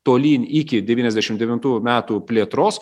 tolyn iki devyniasdešimt devintų metų plėtros